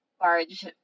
barge